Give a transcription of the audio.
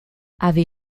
avait